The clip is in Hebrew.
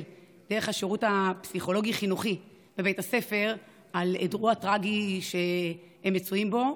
דרך השירות הפסיכולוגי-חינוכי בבית הספר על אירוע טרגי שהם מצויים בו,